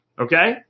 Okay